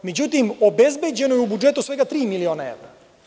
Međutim, obezbeđeno je u budžetu svega tri miliona evra.